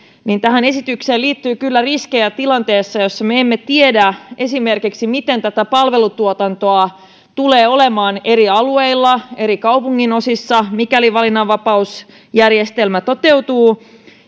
tähän esitykseen liittyy kyllä riskejä tilanteessa jossa me emme tiedä esimerkiksi miten tätä palvelutuotantoa tulee olemaan eri alueilla ja eri kaupunginosissa mikäli valinnanvapausjärjestelmä toteutuu